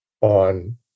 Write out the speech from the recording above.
on